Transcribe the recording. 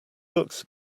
looks